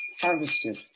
harvested